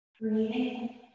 Breathing